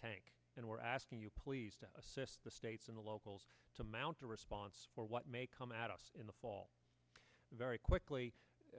tank and we're asking you please to assess the states in the locals to mount a response for what may come at us in the fall very quickly